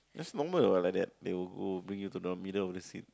that's normal what like that they will bring you to the middle of the sea